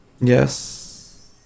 yes